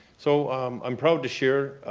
so i'm proud to share